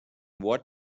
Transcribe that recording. what